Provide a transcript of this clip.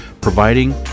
providing